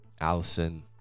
Allison